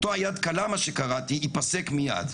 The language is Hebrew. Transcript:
אותה יד קלה מה שקראתי, יפסק מיד.